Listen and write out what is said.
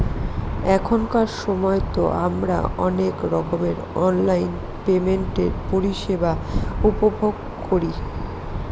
এখনকার সময়তো আমারা অনেক রকমের অনলাইন পেমেন্টের পরিষেবা উপভোগ করি